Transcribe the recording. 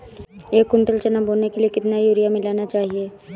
एक कुंटल चना बोने के लिए कितना यूरिया मिलाना चाहिये?